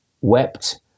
wept